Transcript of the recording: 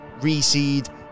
reseed